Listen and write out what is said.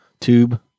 tube